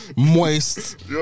Moist